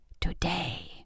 Today